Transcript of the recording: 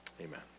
Amen